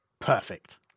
Perfect